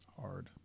hard